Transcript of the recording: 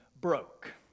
broke